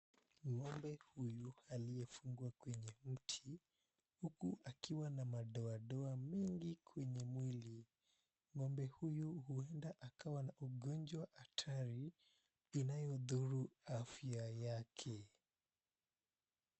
Ng'ombe huyu alifungwa kwenye mti huku akiwa na madodoa mingi kwenye mwili. Ng'ombe huyu huenda akawa na ugonjwa hatari inayodhuru afya yake.